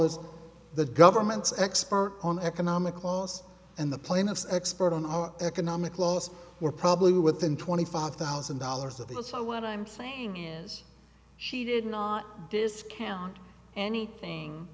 is the government's expert on economic loss and the plaintiff's expert on our economic loss were probably within twenty five thousand dollars of that so what i'm saying is she did not discount anything